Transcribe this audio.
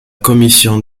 commission